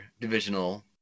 divisional